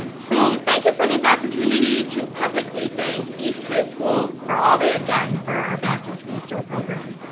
so, thank you for this opportunity to publicly thank east high school for all they have done for our back to school store program.